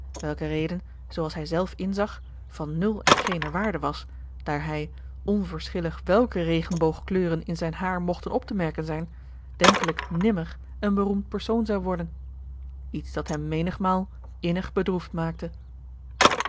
welke reden zoo als hij zelf inzag van nul en geener waarde was daar hij onverschillig welke regenboogkleuren in zijn haar mogten op te merken zijn denkelijk nimmer een beroemd persoon zou worden iets dat hem menigmaal innig bedroefd maakte